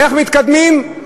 איך מתקדמים?